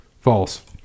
False